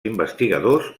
investigadors